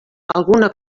alguna